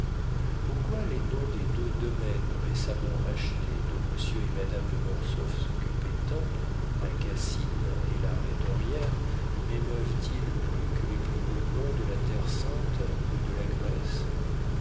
pourquoi les noms des deux domaines récemment achetés dont monsieur et madame de mortsauf s'occupaient tant la cassine et la rhétorière mémeuvent ils plus que les plus beaux noms de la terre-sainte ou de la grèce